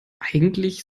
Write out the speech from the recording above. eigentlich